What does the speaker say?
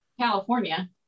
California